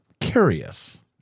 curious